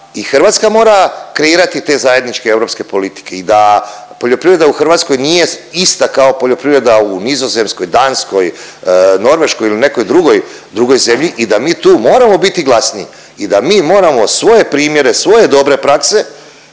Hrvatska mora kreirati te zajedničke europske politike i da poljoprivreda u Hrvatskoj nije ista kao poljoprivreda u Nizozemskoj, Danskoj, Norveškoj ili nekoj drugoj zemlji i da mi tu moramo biti glasni i da mi moramo svoje primjere svoje dobre prakse